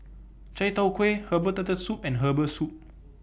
Chai Tow Kuay Herbal Turtle Soup and Herbal Soup